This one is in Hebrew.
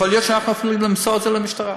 יכול להיות שאנחנו אפילו נמסור את זה למשטרה.